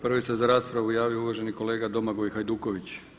Prvi se za raspravu javio uvaženi kolega Domagoj Hajduković.